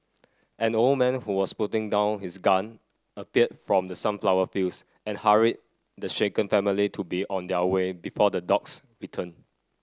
an old man who was putting down his gun appeared from the sunflower fields and hurried the shaken family to be on their way before the dogs return